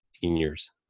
seniors